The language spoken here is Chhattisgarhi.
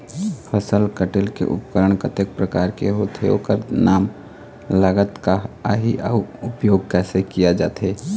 फसल कटेल के उपकरण कतेक प्रकार के होथे ओकर नाम लागत का आही अउ उपयोग कैसे किया जाथे?